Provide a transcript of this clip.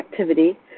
activity